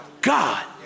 God